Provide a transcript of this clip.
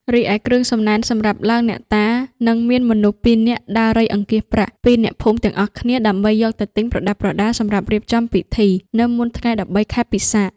រីឯគ្រឿងសំណែនសម្រាប់ឡើងអ្នកតារនិងមានមនុស្សពីរនាក់ដើររៃអង្គាសប្រាក់ពីអ្នកភូមិទាំងអស់គ្នា ដើម្បីយកទៅទិញ ប្រដាប់ប្រដា សម្រាប់រៀបចំពិធី នៅមុនថ្ងៃ១៣ ខែពិសាខ។